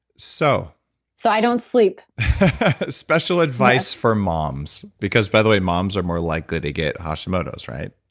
so so i don't sleep special advice for moms because, by the way, moms are more likely to get hashimoto's right?